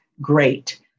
great